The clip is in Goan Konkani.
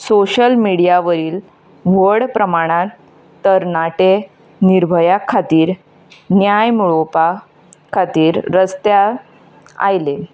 सोशियल मिडिया वरील व्हड प्रमाणांत तरणाटे निर्भया खातीर न्याय मेळोवपा खातीर रस्त्यार आयले